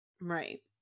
Right